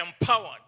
empowered